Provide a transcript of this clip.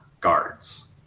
guards